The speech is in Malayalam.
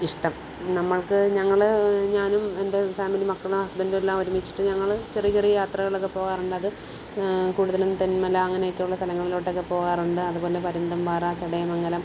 ഇഷ്ടം നമ്മൾക്ക് ഞങ്ങൾ ഞാനും എൻ്റെ ഫാമിലി മക്കളും ഹസ്ബൻഡും എല്ലാം ഒരുമിച്ചിട്ട് ഞങ്ങൾ ചെറിയ ചെറിയ യാത്രകളൊക്കെ പോവാറുണ്ട് അത് കൂടുതലും തെൻമല അങ്ങനെയൊക്കെ ഉള്ള സ്ഥലങ്ങളിലോട്ടൊക്കെ പോവാറുണ്ട് അതുപോലെ പരുന്തുംപാറ ചടയമംഗലം